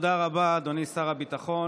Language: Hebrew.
תודה רבה, אדוני שר הביטחון.